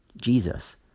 Jesus